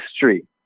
history